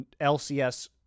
LCS